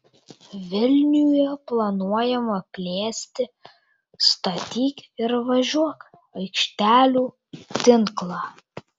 vilniuje planuojama plėsti statyk ir važiuok aikštelių tinklą